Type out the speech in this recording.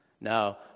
Now